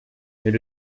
mais